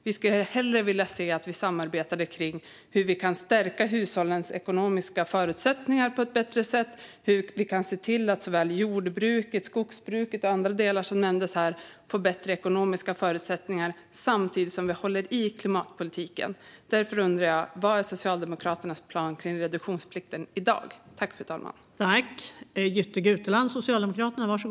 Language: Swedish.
Vi skulle hellre se att vi kan samarbeta om hur vi på ett bättre sätt kan stärka hushållens ekonomiska förutsättningar och hur jordbruket, skogsbruket och andra delar som nämndes här ska få bättre ekonomiska förutsättningar samtidigt som vi håller i klimatpolitiken. Därför undrar jag: Vad är Socialdemokraternas plan för reduktionsplikten i dag?